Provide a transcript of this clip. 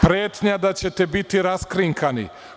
Pretnja da ćete biti raskrinkani.